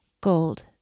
Gold